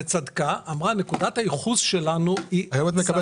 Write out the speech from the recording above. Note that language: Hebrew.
נקודת הייחוס שלנו היא הצו